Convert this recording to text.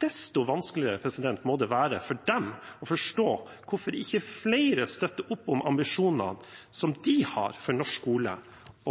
Desto vanskeligere må det være for dem å forstå hvorfor ikke flere støtter opp om ambisjonene som de har for norsk skole